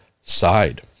side